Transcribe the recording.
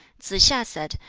tsze-hsia said,